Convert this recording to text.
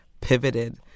pivoted